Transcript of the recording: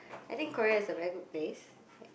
I think Korea is a very good place